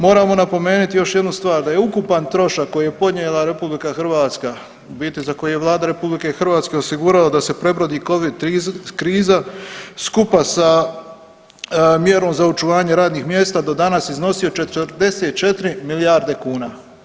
Moramo napomenuti još jednu stvar da je ukupan trošak koji je ponijela RH u biti za koju je Vlada RH osigurala da se prebrodi covid kriza skupa sa mjerom za očuvanje radnih mjesta do danas iznosio 44 milijarde kuna.